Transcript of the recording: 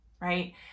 right